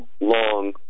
long